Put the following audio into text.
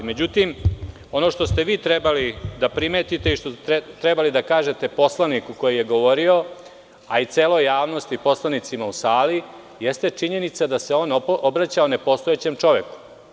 Međutim, ono što ste vi trebali da primetite i što ste trebali da kažete poslaniku koji je govorio, a i celoj javnosti, poslanicima u sali, jeste činjenica da se on obraćao nepostojećem čoveku.